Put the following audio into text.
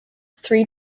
three